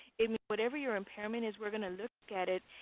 it whatever your impairment is, we're going to look at it.